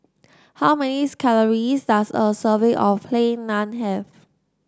how many calories does a serving of Plain Naan have